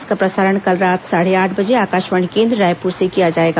इसका प्रसारण कल रात साढ़े आठ बजे आकाशवाणी केन्द्र रायपुर से किया जाएगा